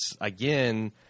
again